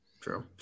True